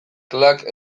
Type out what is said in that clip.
klak